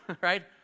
right